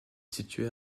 situé